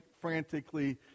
frantically